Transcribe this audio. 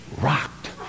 rocked